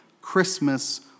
Christmas